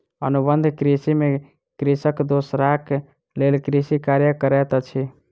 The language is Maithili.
अनुबंध कृषि में कृषक दोसराक लेल कृषि कार्य करैत अछि